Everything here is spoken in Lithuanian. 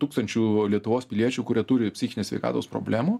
tūkstančių lietuvos piliečių kurie turi psichinės sveikatos problemų